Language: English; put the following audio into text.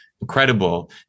incredible